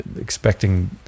expecting